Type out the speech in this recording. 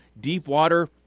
Deepwater